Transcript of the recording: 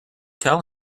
tell